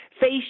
Face